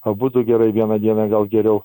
abudu gerai vieną dieną gal geriau